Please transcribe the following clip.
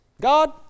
God